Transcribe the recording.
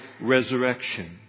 resurrection